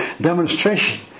demonstration